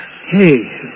Hey